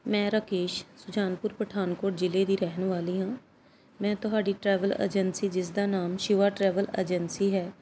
ਮੈਂ ਰਾਕੇਸ਼ ਸੁਜਾਨਪੁਰ ਪਠਾਨਕੋਟ ਜ਼ਿਲ੍ਹੇ ਦੀ ਰਹਿਣ ਵਾਲੀ ਹਾਂ ਮੈਂ ਤੁਹਾਡੀ ਟਰੈਵਲ ਏਜੰਸੀ ਜਿਸਦਾ ਨਾਮ ਸ਼ਿਵਾ ਟਰੈਵਲ ਏਜੰਸੀ ਹੈ